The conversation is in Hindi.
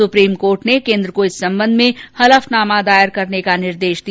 सुप्रीम कोर्ट ने केन्द्र को इस संबंध में हलफनामा दायर करने का निर्देश दिया